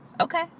Okay